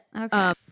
Okay